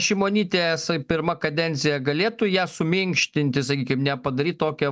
šimonytės pirma kadencija galėtų ją suminkštinti sakykim nepadaryt tokią